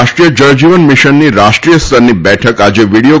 રાષ્ટ્રીય જળજીવન મિશનની રાષ્ટ્રીય સ્તરની બેઠક આજે વીડિયો